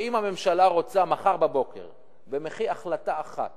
שאם הממשלה רוצה מחר בבוקר במחי החלטה אחת